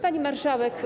Pani Marszałek!